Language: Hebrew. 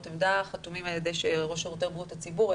עמדה חתומים על ידי ראש שירותי בריאות הציבור,